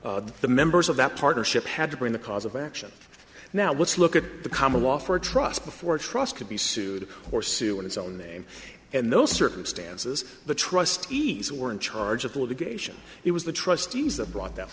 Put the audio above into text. have the members of that partnership had to bring the cause of action now let's look at the common law for a trust before a trust could be sued or sue in its own name and those circumstances the trust isa were in charge of the litigation it was the trustees that brought that